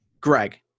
Greg